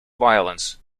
violence